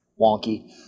wonky